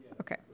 Okay